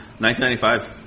1995